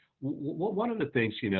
one of the things you know